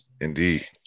Indeed